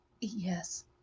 Yes